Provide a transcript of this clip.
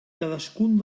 cadascun